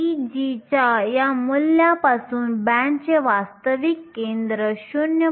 Eg च्या या मूल्यापासून बँडचे वास्तविक केंद्र 0